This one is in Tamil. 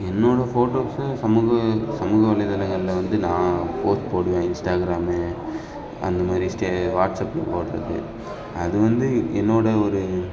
என்னோடய ஃபோட்டோஸை சமூக சமூக வலைத்தலங்களில் வந்து நான் போஸ்ட் போடுவேன் இன்ஸ்டாக்ராமு அந்த மாதிரி ஸ்டே வாட்ஸப்பில் போடுறது அது வந்து என்னோடய ஒரு